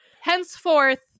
henceforth